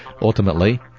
Ultimately